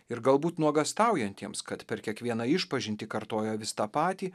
ir galbūt nuogąstaujantiems kad per kiekvieną išpažintį kartoja vis tą patį